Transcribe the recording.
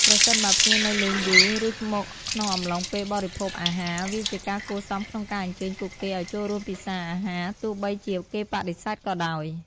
ប្រសិនបើភ្ញៀវនៅលេងយូរ ឬ មកក្នុងអំឡុងពេលបរិភោគអាហារ វាជាការគួរសមក្នុងការអញ្ជើញពួកគេឱ្យចូលរួមពិសាអាហារ ទោះបីជាគេបដិសេធក៏ដោយ។